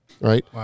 right